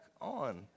on